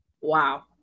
Wow